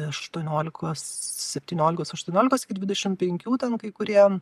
aštuoniolikos septyniolikos aštuoniolikos iki dvidešimt penkių ten kai kurie